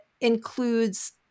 includes